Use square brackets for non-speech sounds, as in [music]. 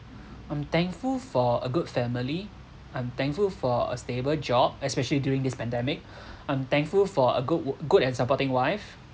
I'm thankful for a good family I'm thankful for a stable job especially during this pandemic [breath] [breath] I'm thankful for a good good and supporting wife